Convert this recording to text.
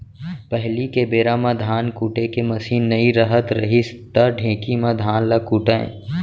पहिली के बेरा म धान कुटे के मसीन नइ रहत रहिस त ढेंकी म धान ल कूटयँ